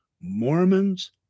Mormons